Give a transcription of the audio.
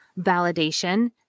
validation